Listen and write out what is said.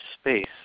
space